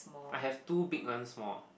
I have two big one small